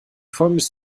folgendes